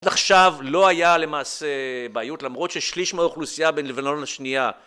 עד עכשיו לא היה למעשה בעיות, למרות ששליש מהאוכלוסייה בלבנון לשנייה